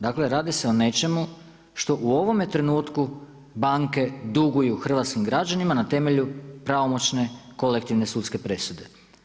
Dakle, radi se o nečemu što u ovome trenutku banke duguju hrvatskim građanima na temelju pravomoćne kolektivne sudske presude.